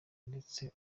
ndetse